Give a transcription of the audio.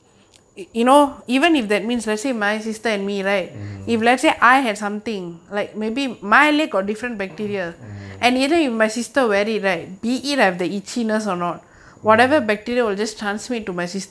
mm mm